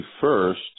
first